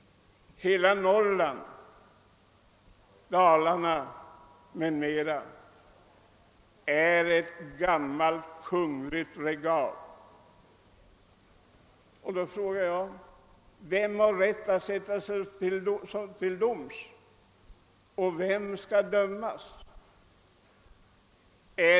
Hela Norrland, Dalarna m.fl. områden är gammalt kungligt regal och frågan är: Vem har rätt att sätta sig till doms och vem skall dömas?